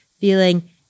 feeling